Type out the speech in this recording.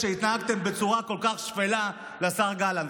כשהתנהגתם בצורה כל כך שפלה לשר גלנט.